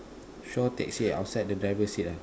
shaw taxi outside the driver seat ah